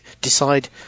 decide